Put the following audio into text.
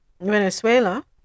venezuela